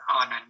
on